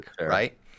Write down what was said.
right